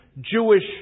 Jewish